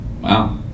Wow